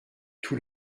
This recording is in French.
tout